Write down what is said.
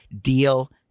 Deal